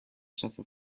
suffer